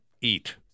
Eat